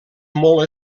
molt